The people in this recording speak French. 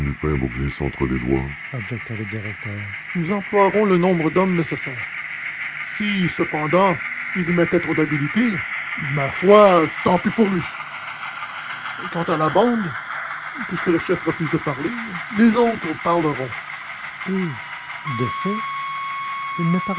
entre les doigts objecta le directeur nous emploierons le nombre d'hommes nécessaire si cependant il y mettait trop d'habileté ma foi tant pis pour lui quant à la bande puisque le chef refuse de parler les autres parleront et de fait il ne